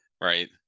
right